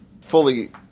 fully